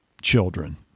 children